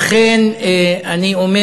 לכן אני אומר,